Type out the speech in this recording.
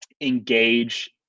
engage